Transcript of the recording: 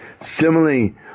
Similarly